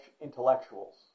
intellectuals